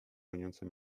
goniące